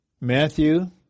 Matthew